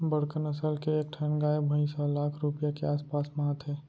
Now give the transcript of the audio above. बड़का नसल के एक ठन गाय भईंस ह लाख रूपया के आस पास म आथे